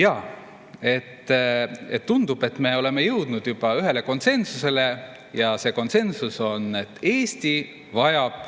Jaa, tundub, et me oleme jõudnud ühele konsensusele, ja see konsensus on see, et Eesti vajab